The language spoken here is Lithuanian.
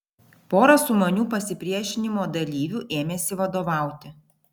pora sumanių pasipriešinimo dalyvių ėmėsi vadovauti